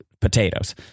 potatoes